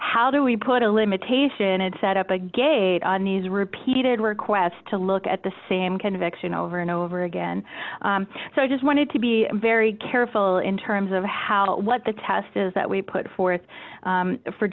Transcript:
how do we put a limitation and set up a gate on these repeated requests to look at the same conviction over and over again so i just wanted to be very careful in terms of how what the test is that we put forth